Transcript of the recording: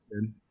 good